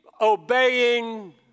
Obeying